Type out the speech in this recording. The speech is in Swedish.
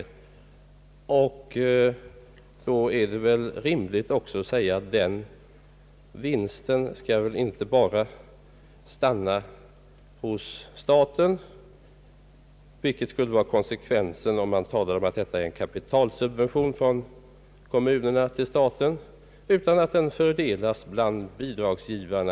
Då är det väl också rimligt att säga att den vinsten inte bara skall stanna hos staten, vilket skulle vara konsekvensen om man talar om att detta är en kapitalsubvention från kommunerna till staten, utan att den fördelas bland bidragsgivarna.